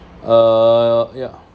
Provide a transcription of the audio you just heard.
uh yeah